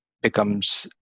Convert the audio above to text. becomes